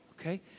Okay